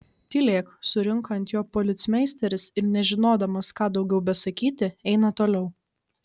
tylėk surinka ant jo policmeisteris ir nežinodamas ką daugiau besakyti eina toliau